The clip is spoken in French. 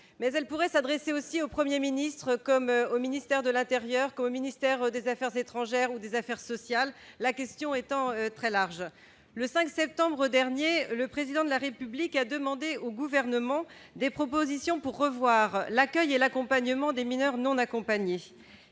mais elle pourrait s'adresser aussi au 1er ministre comme au ministère de l'Intérieur, comme au ministère des Affaires étrangères ou des affaires sociales, la question étant très large, le 5 septembre dernier le président de la République a demandé au gouvernement des propositions pour revoir l'accueil et l'accompagnement des mineurs non accompagnés,